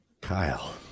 Kyle